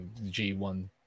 G1